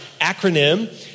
acronym